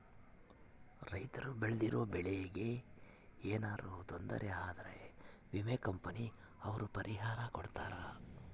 ರೈತರು ಬೆಳ್ದಿರೋ ಬೆಳೆ ಗೆ ಯೆನರ ತೊಂದರೆ ಆದ್ರ ವಿಮೆ ಕಂಪನಿ ಅವ್ರು ಪರಿಹಾರ ಕೊಡ್ತಾರ